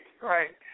Right